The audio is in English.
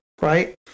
right